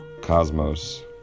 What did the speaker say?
Cosmos